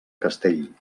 castell